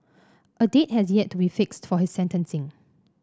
a date has yet to be fixed for his sentencing